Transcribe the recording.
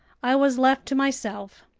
i was left to myself.